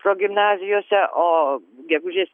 progimnazijose o gegužės